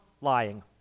Lying